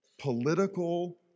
political